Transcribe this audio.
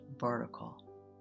vertical